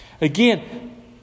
Again